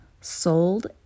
sold